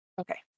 okay